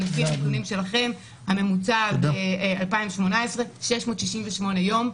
לפי הנתונים שלכם הממוצע ב-2018 היה 668 יום.